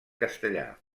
castellà